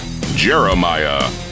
Jeremiah